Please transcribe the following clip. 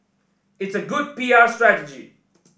it's a good P R strategy